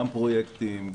גם פרויקטים,